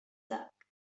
luck